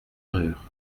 erreur